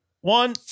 one